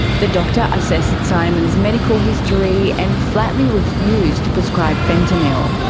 the doctor assessed simon's medical history, and flatly refused to prescribe fentanyl.